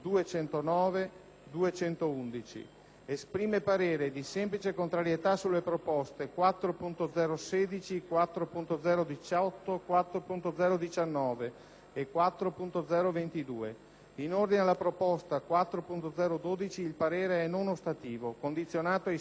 Esprime parere di semplice contrarietà sulle proposte 4.0.16, 4.0.18, 4.0.19 e 4.0.22. In ordine alla proposta 4.0.12 il parere è non ostativo, condizionato ai sensi dell'articolo 81 della Costituzione,